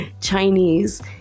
Chinese